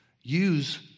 use